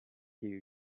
you